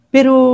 Pero